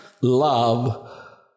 love